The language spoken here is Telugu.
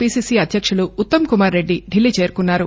పిసిసి అధ్యక్షులు ఉత్తమ్కుమార్రెడ్లి ఢిల్లీ చేరుకున్నారు